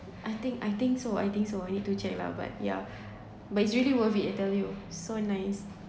I think I think so I think so I need to check lah but yeah but it's really worth it I tell you so nice